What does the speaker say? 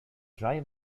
dry